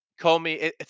Comey